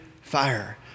fire